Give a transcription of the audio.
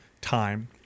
time